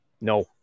No